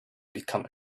become